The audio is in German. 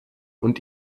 und